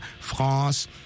France